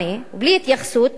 בלי התייחסות,